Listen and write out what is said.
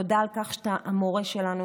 תודה על כך שאתה המורה שלנו,